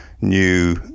new